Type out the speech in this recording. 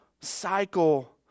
cycle